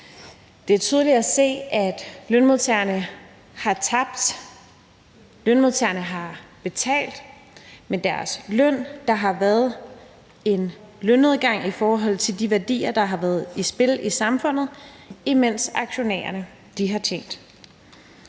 Det er tydeligt at se, at lønmodtagerne har tabt, lønmodtagerne har betalt, for der har været en lønnedgang i forhold til de værdier, der har været i spil i samfundet, imens aktionærerne har tjent